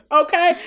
okay